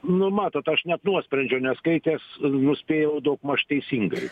nu matot aš net nuosprendžio neskaitęs nuspėjau daugmaž teisingai